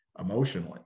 emotionally